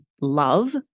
love